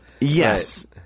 Yes